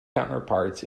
counterparts